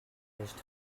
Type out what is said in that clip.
wished